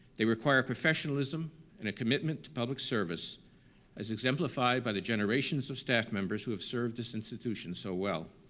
they require professionalism and a commitment to public service as exemplified by the generations of staff members who have served this institution so well.